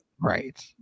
Right